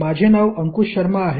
माझे नाव अंकुश शर्मा आहे